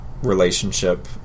Relationship